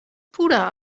puder